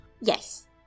yes